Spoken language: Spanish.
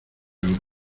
oro